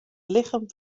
lichem